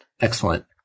Excellent